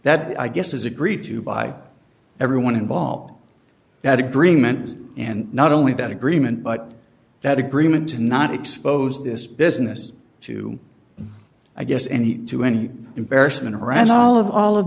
that i guess is agreed to by everyone involved that agreement and not only that agreement but that agreement to not expose this business to i guess any to any embarrassment around all of all of